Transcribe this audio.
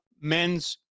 Men's